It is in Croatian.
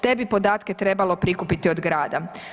Te bi podatke trebalo prikupiti od grada.